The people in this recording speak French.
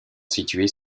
situées